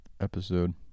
episode